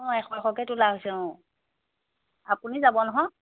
অঁ এশ এশকৈ তোলা হৈছে অঁ আপুনি যাব নহয়